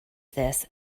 this